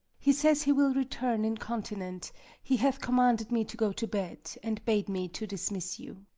he says he will return incontinent he hath commanded me to go to bed, and bade me to dismiss you.